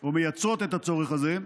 או מייצרות את הצורך הזה,